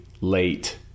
late